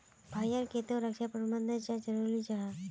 भाई ईर केते रक्षा प्रबंधन चाँ जरूरी जाहा?